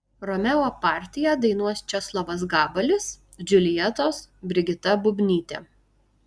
romeo partiją dainuos česlovas gabalis džiuljetos brigita bubnytė